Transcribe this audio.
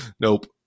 Nope